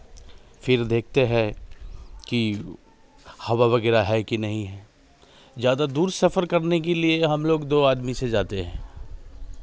फिर देखते हैं कि हवा वगैरह है कि नहीं ज़्यादा दूर सफ़र करने के लिए हम लोग दो आदमी से जाते हैं